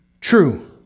true